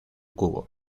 cubo